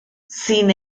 sin